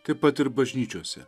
taip pat ir bažnyčiose